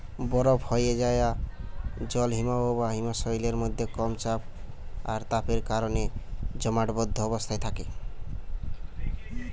বরফ হোয়ে যায়া জল হিমবাহ বা হিমশৈলের মধ্যে কম চাপ আর তাপের কারণে জমাটবদ্ধ অবস্থায় থাকে